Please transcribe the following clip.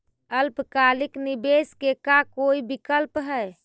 अल्पकालिक निवेश के का कोई विकल्प है?